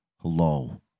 Hello